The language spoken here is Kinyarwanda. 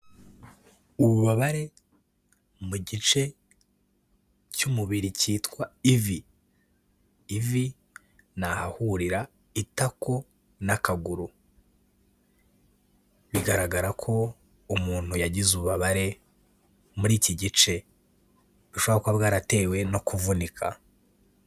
Ububabare mu gice cy'umubiri cyitwa ivi, ivi ni ahahurira itako n'akaguru, bigaragara ko umuntu yagize ububabare muri iki gice bushobora kuba bwaratewe no kuvunika.